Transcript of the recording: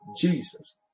Jesus